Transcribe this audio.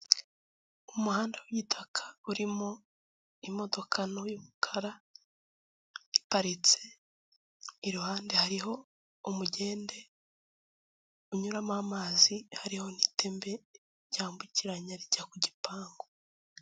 Umuhanda w'ubutaka urimo imodoka n'ubukara iparitse iruhande hariho umugende unyuramo amazi hariho n'itembe ryambukiranya rijya ku gipangu.